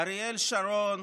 אריאל שרון,